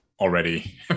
already